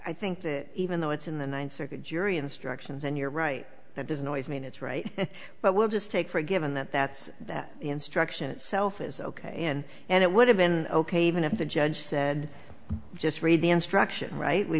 i think that even though it's in the ninth circuit jury instructions and you're right that doesn't always mean it's right but we'll just take for a given that that's that instruction itself is ok in and it would have been ok even if the judge said just read the instruction right we